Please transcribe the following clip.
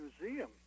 Museum